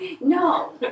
No